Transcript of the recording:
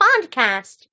podcast